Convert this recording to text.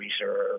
reserve